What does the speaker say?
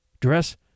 dress